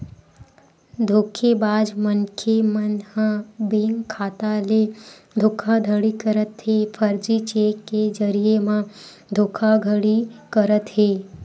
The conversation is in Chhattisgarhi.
धोखेबाज मनखे मन ह बेंक खाता ले धोखाघड़ी करत हे, फरजी चेक के जरिए म धोखाघड़ी करत हे